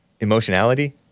Emotionality